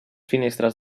finestres